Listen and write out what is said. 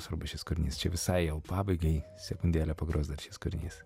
svarbus šis kūrinys čia visai jau pabaigai sekundėlę pagros dar šis kūrinys